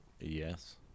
Yes